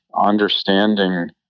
understanding